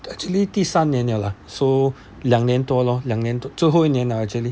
actually 第三年 liao lah so 两年多 loh 两年最后一年 liao actually